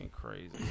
crazy